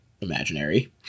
Imaginary